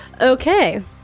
Okay